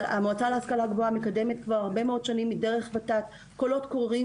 המועצה להשכלה גבוהה מקדמת כבר הרבה מאוד שנים דרך ות"ת קולות קוראים